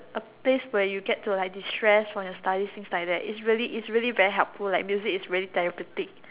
A place where you get to like distress from your studies things like that it's really it's really very helpful like music is really therapeutic